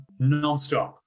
nonstop